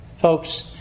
Folks